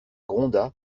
gronda